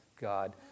God